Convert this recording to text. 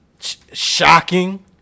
shocking